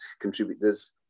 contributors